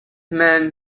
man